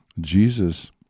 Jesus